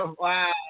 Wow